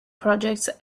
projects